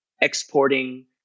exporting